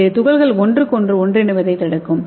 இது துகள்கள் ஒன்றுக்கொன்று ஒன்றிணைவதைத் தடுக்கும்